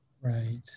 Right